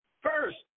First